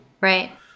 Right